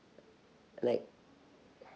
like